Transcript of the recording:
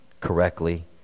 correctly